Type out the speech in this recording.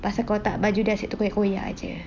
pasal kalau tak baju dia kat situ boleh koyak jer